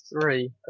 three